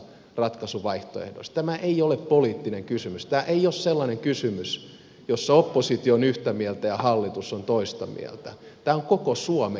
tämä ei ole poliittinen kysymys tämä ei ole sellainen kysymys jossa oppositio on yhtä mieltä ja hallitus on toista mieltä tämä on koko suomen kysymys